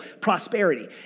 prosperity